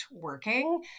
working